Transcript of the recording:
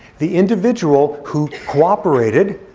the individual who cooperated,